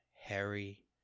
Harry